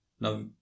Now